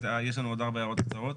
יש לנו עוד ארבע הערות קצרות.